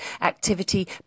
activity